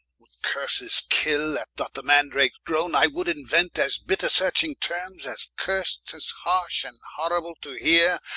would curses kill, as doth the mandrakes grone, i would inuent as bitter searching termes, as curst, as harsh, and horrible to heare,